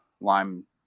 lime